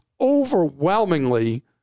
overwhelmingly